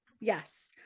Yes